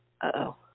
Uh-oh